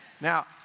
Now